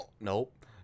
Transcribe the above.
nope